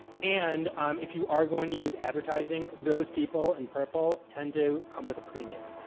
and um if you are going to use advertising those people in purple tend to come with a premium.